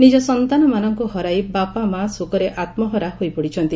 ନିଜ ସନ୍ତାନ ମାନଙ୍କୁ ହରାଇ ବାପମାଆ ଶୋକରେ ଆମ୍ହରା ହୋଇ ପଡିଛନ୍ତି